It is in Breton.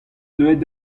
deuet